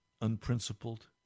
unprincipled